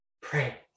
pray